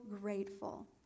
grateful